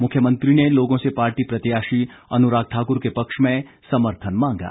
मुख्यमंत्री ने लोगों से पार्टी प्रत्याशी अनुराग ठाक्र के पक्ष में समर्थन मांगा